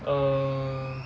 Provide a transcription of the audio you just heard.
err